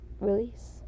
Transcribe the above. release